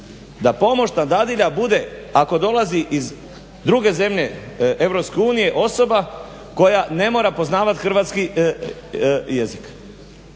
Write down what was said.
da pomoćna dadilja bude ako dolazi iz druge zemlje iz EU osoba koja ne mora poznavati hrvatski jezik.